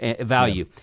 value